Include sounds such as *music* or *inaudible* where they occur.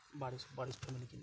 *unintelligible*